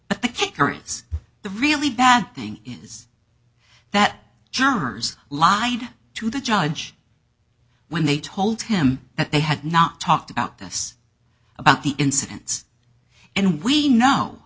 but the kicker is the really bad thing is that jurors lied to the judge when they told him that they had not talked about this about the incidents and we know